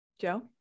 Joe